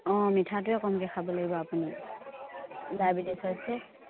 অঁ মিঠাটোৱে কমকৈ খাব লাগিব আপুনি ডায়বেটিছ হৈছে